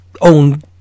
own